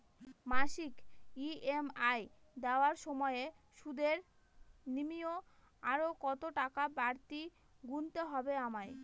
মাসিক ই.এম.আই দেওয়ার সময়ে সুদের নিমিত্ত আরো কতটাকা বাড়তি গুণতে হবে আমায়?